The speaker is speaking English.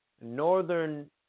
Northern